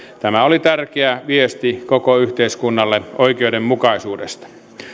tämä oli tärkeä viesti koko yhteiskunnalle oikeudenmukaisuudesta